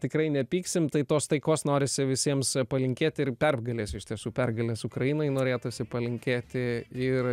tikrai nepyksim tai tos taikos norisi visiems palinkėti ir pergalės iš tiesų pergalės ukrainai norėtųsi palinkėti ir